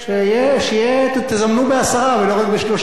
שתזמנו בעשרה ולא רק בשלושה.